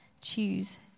Choose